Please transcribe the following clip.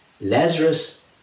Lazarus